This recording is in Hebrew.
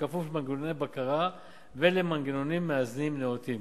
בכפוף למנגנוני בקרה ולמנגנונים מאזנים נאותים.